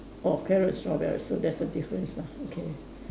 or carrots strawberries so there's a difference lah okay